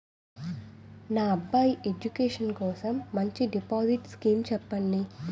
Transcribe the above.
నా అబ్బాయి ఎడ్యుకేషన్ కోసం మంచి డిపాజిట్ స్కీం చెప్పండి